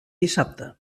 dissabte